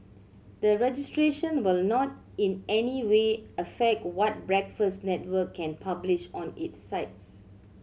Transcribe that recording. the registration will not in any way affect what Breakfast Network can publish on its sites